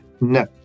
No